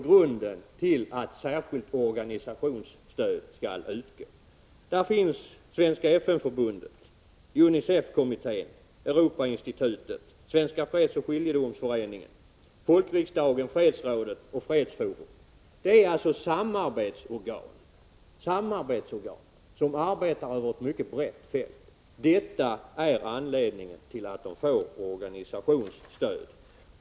Jag tänker på Svenska FN förbundet, Stiftelsen Svenska UNICEF-kommittén, Europainstitutet, Svenska fredsoch skiljedomsföreningen, Arbetsgruppen för svensk folkriksdag för nedrustning, Sveriges fredsråd och Arbetarrörelsens fredsforum. Det är samarbetsorgan som arbetar över ett mycket brett fält. Det är anledningen till att de får organisationsstöd.